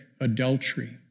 adultery